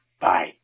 Bye